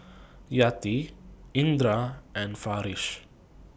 Yati Indra and Farish